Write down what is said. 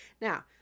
Now